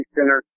Center